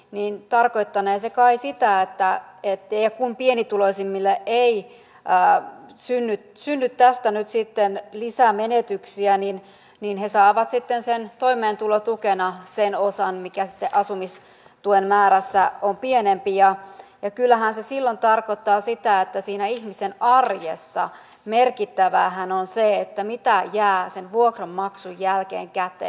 niin tarkoittanee se kai siitä että todettu ja kun pienituloisimmille ei synny tästä nyt lisämenetyksiä niin he saavat toimeentulotukena sen osan mikä sitten asumistuen määrässä on pienempi kyllähän se silloin tarkoittaa sitä että siinä ihmisen arjessahan merkittävää on se mitä jää sen vuokranmaksun jälkeen käteen